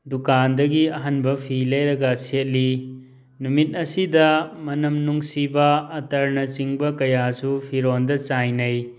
ꯗꯨꯀꯥꯟꯗꯒꯤ ꯑꯍꯟꯕ ꯐꯤ ꯂꯩꯔꯒ ꯁꯦꯠꯂꯤ ꯅꯨꯃꯤꯠ ꯑꯁꯤꯗ ꯃꯅꯝ ꯅꯨꯡꯁꯤꯕ ꯑꯇꯔꯅꯆꯤꯡꯕ ꯀꯌꯥꯁꯨ ꯐꯤꯔꯣꯜꯗ ꯆꯥꯏꯅꯩ